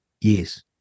Yes